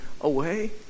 away